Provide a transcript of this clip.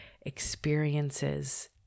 experiences